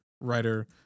writer